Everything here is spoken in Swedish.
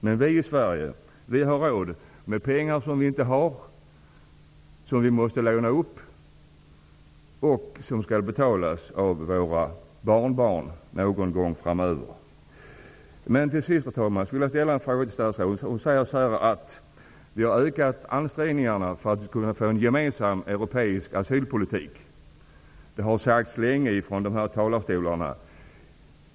Men vi i Sverige har råd att göra det -- med pengar som vi inte har, som vi måste låna upp och som skall betalas av våra barnbarn någon gång framöver! Till sist, herr talman, skulle jag vilja ställa en fråga till statsrådet. Hon säger att vi har ökat ansträngningarna för att få till stånd en gemensam europeisk asylpolitik. Det har länge sagts från kammarens talarstol.